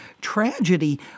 tragedy